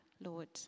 Lord